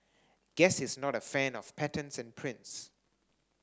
guess he's not a fan of patterns and prints